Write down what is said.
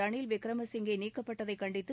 ரனில் விக்கிரமசிங்கே நீக்கப்பட்டதை கண்டித்து